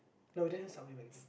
no we didn't have Subway back then